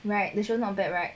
right the show not bad right